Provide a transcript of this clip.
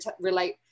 relate